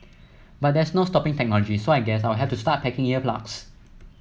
but there's no stopping technology so I guess I'll have to start packing ear plugs